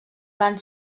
van